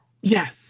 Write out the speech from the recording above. Yes